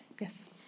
Yes